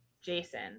jason